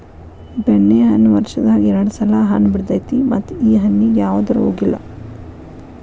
ಬೆಣ್ಣೆಹಣ್ಣ ವರ್ಷದಾಗ ಎರ್ಡ್ ಸಲಾ ಹಣ್ಣ ಬಿಡತೈತಿ ಮತ್ತ ಈ ಹಣ್ಣಿಗೆ ಯಾವ್ದ ರೋಗಿಲ್ಲ